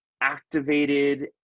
activated